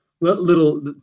little